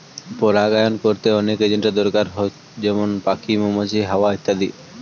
পরাগায়ন কোরতে অনেক এজেন্টের দোরকার হয় যেমন পাখি, মৌমাছি, হাওয়া ইত্যাদি